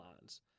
lines